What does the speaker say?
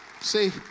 See